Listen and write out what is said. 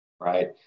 right